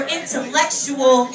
intellectual